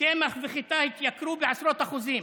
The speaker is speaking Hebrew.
קמח וחיטה התייקרו בעשרות אחוזים,